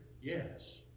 Yes